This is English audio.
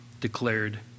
declared